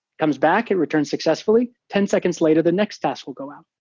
comes back, it returns successfully. ten seconds later the next task will go out.